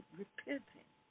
repenting